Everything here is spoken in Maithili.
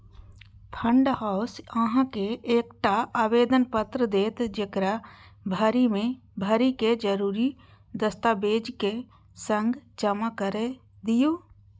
फंड हाउस अहां के एकटा आवेदन पत्र देत, जेकरा भरि कें जरूरी दस्तावेजक संग जमा कैर दियौ